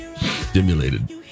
stimulated